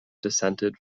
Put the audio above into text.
dissented